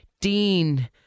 Dean